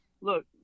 Look